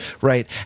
right